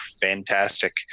fantastic